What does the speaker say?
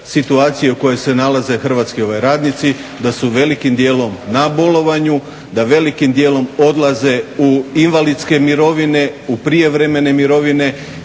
situacije u kojoj se nalaze hrvatski radnici da su velikim dijelom na bolovanju, da velikim dijelom odlaze u invalidske mirovine u prijevremene mirovine